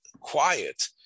quiet